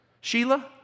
Sheila